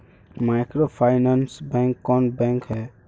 Microfinance bank कौन bank है?